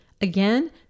Again